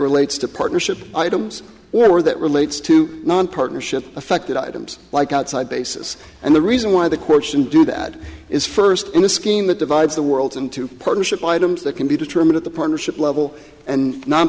relates to partnership items or that relates to non partnership affected items like outside basis and the reason why the question do that is first in the scheme that divides the world into partnership items that can be determined at the partnership level and non